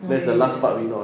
okay ya done